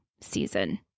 season